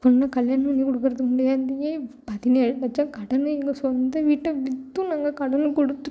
பொண்ணு கல்யாணம் பண்ணி கொடுக்குறதுக்கு முன்னாடியே பதினேழு லட்சம் கடன் எங்கள் சொந்த வீட்டை விற்றும் நாங்கள் கடனை கொடுத்துட்டோம்